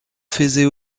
faisait